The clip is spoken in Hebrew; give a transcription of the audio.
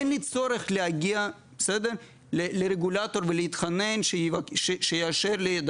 ואין לי צורך להגיע לרגולטור ולהתחנן שיאשר לי את